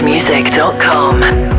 Music.com